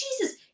Jesus